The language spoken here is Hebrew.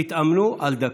תתאמנו על דקה.